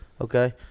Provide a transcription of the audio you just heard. Okay